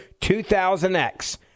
2000X